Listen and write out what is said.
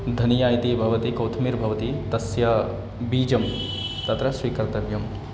धनिया इति भवति कोथ्मीर् भवति तस्य बीजं तत्र स्वीकर्तव्यम्